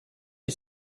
est